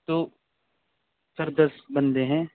تو سر دس بندے ہیں